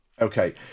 Okay